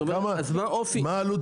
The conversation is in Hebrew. מנכ"ל הדואר, מה עלות